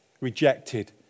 rejected